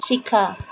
ଶିଖ